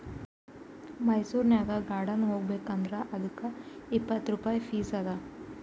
ಮೈಸೂರನಾಗ್ ಗಾರ್ಡನ್ ಹೋಗಬೇಕ್ ಅಂದುರ್ ಅದ್ದುಕ್ ಇಪ್ಪತ್ ರುಪಾಯಿ ಫೀಸ್ ಅದಾ